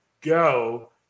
go